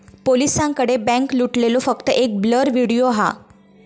पोलिसांकडे बॅन्क लुटलेलो फक्त एक ब्लर व्हिडिओ हा